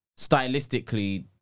stylistically